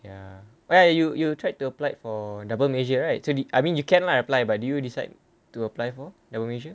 ya oh ya you you tried to apply for double major right so the I mean you can lah apply but do you decide to apply like what major